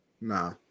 Nah